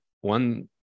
one